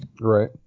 right